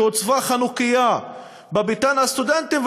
הוצבה חנוכייה בביתן הסטודנטים,